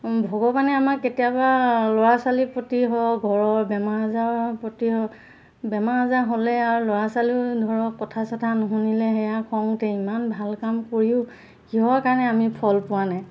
ভগৱানে আমাৰ কেতিয়াবা ল'ৰা ছোৱালীৰ প্ৰতি হওক ঘৰৰ বেমাৰ আজাৰৰ প্ৰতি বেমাৰ আজাৰ হ'লে আৰু ল'ৰা ছোৱালী ধৰক কথা চথা নশুনিলে সেয়া খং উঠে ইমান ভাল কাম কৰিও কিহৰ কাৰণে আমি ফল পোৱা নাই